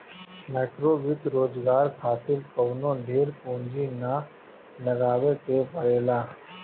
माइक्रोवित्त रोजगार खातिर कवनो ढेर पूंजी ना लगावे के पड़ेला